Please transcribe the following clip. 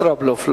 ישראבלוף,